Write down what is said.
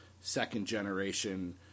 second-generation